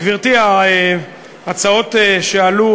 גברתי, ההצעות שעלו